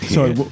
Sorry